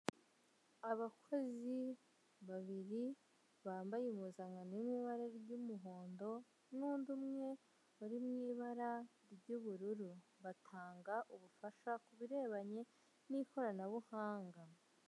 Abakozi babiri bambaye impuzankano iri mu ibara ry'umuhondo n'undi umwe uri mu ibara ry'ubururu, batanga ubufasha ku birebanye n'ikoranabuhanga.